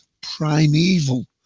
Primeval